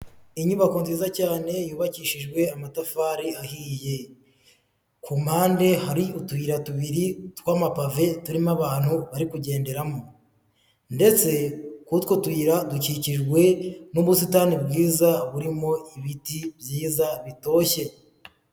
Inyubako nziza cyane yubakishijwe amatafari ahiye, ku mpande hari utuyira tubiri tw'amapave turimo abantu bari kugenderamo ndetse kuri utwo tuyira, dukikijwe n'ubusitani bwiza burimo ibiti byiza bitoshye.